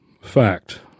fact